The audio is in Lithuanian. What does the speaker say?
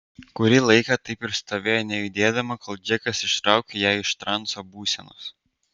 kurį laiką taip ir stovėjo nejudėdama kol džekas ištraukė ją iš transo būsenos